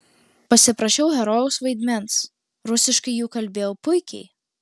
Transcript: pasiprašiau herojaus vaidmens rusiškai juk kalbėjau puikiai